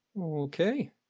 Okay